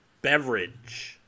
Beverage